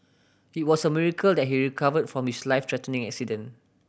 it was a miracle that he recovered from his life threatening accident